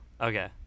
Okay